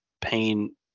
pain